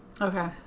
Okay